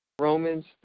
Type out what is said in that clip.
Romans